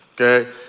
Okay